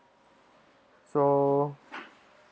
so